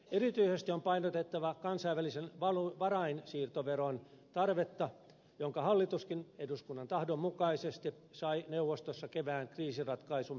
erityisesti on painotettava kansainvälisen varainsiirtoveron tarvetta jonka hallituskin eduskunnan tahdon mukaisesti sai neuvostossa kevään kriisiratkaisun päätelmiin mukaan